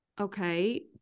okay